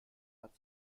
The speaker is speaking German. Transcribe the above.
hat